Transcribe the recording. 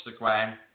Instagram